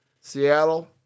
Seattle